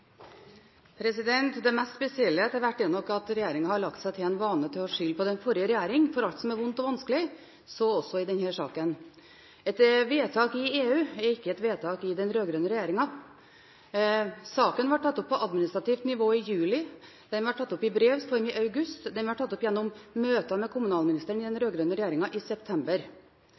Det mest spesielle etter hvert er nok at regjeringen har lagt seg til den vanen å skylde på den forrige regjering for alt som er vondt og vanskelig – så også i denne saken. Et vedtak i EU er ikke et vedtak i den rød-grønne regjeringen. Saken ble tatt opp på administrativt nivå i juli, den ble tatt opp i brevs form i august, og den ble tatt opp gjennom møter med kommunalministeren i den rød-grønne regjeringen i september.